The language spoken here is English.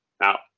now